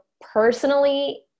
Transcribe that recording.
personally